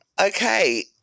Okay